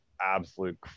absolute